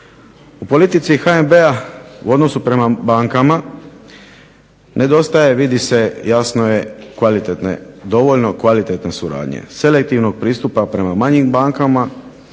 U politici HNB-a u odnosu prema bankama, nedostaje vidi se jasno je kvalitetne dovoljno kvalitetne suradnje, selektivnog pristupa prema manjim bankama